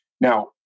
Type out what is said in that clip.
Now